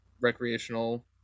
recreational